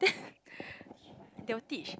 then they will teach